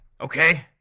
Okay